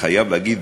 חייב להגיד,